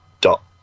dot